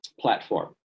platform